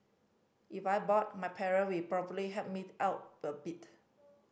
if I bought my parent will probably help me out a bit